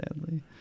sadly